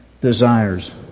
desires